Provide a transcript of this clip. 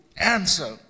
answer